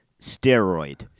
steroid